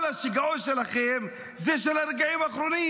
כל השיגעון שלכם זה של הרגעים האחרונים.